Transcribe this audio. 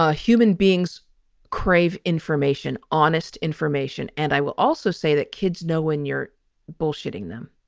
ah human beings crave information, honest information. and i will also say that kids know when you're bullshitting them.